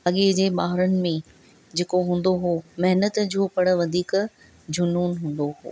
अॻे जे ॿारनि में जेको हूंदो हुओ महिनत जो पर वधीक जुनूनु हूंदो हुओ